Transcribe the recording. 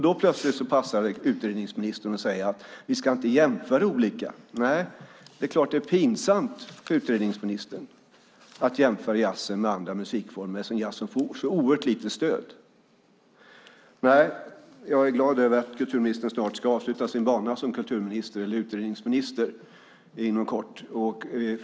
Då plötsligt passar det utredningsministern att säga att vi inte ska jämföra olika genrer. Nej, det är klart att det är pinsamt, utredningsministern, att jämföra jazzen med andra musikformer eftersom jazzen får så oerhört lite stöd! Jag är glad över att kulturministern ska avsluta sin bana som kulturminister, eller utredningsminister, inom kort.